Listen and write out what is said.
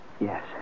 Yes